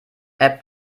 app